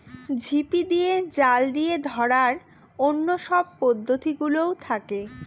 ঝিপি দিয়ে, জাল দিয়ে ধরার অন্য সব পদ্ধতি গুলোও থাকে